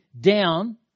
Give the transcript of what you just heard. down